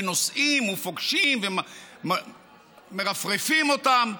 ונוסעים, ופוגשים ומרפרפים אותם.